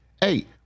Hey